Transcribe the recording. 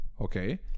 okay